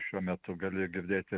šiuo metu gali girdėt ir